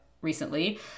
recently